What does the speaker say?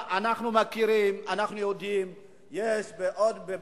את זה עוד לא